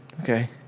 Okay